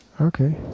Okay